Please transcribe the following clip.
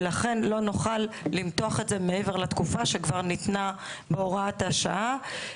ולכן לא נוכל למתוח את זה מעבר לתקופה שכבר ניתנה בהוראת השעה.